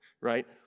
right